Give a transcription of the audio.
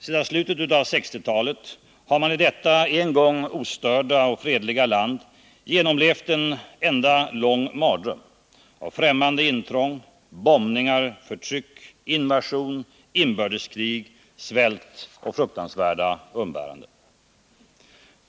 Sedan slutet av 1960-talet har man i detta en gång ostörda och fredliga land genomlevt en enda lång mardröm av främmande intrång, bombningar, förtryck, invasion, inbördeskrig, svält och fruktansvärda umbäranden.